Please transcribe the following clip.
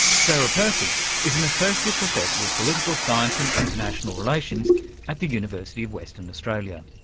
sarah percy is an associate professor of political science and international relations at the university of western australia.